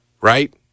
Right